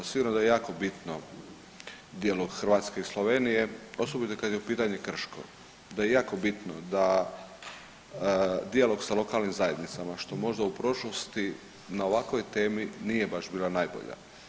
Sigurno da je jako bitno dijelu Hrvatske i Slovenije osobito kad je u pitanju Krško, da je jako bitno da dijalog sa lokalnim zajednicama što možda u prošlosti na ovakvoj temi nije baš bila najbolja.